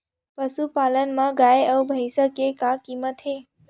पशुपालन मा गाय अउ भंइसा के का कीमत हे?